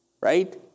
right